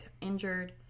injured